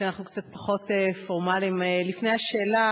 פחות פורמליים, לפני השאלה